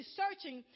searching